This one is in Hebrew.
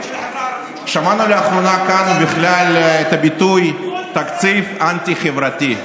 שמענו לאחרונה כאן ובכלל את הביטוי "תקציב אנטי-חברתי"